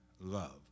love